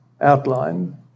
outline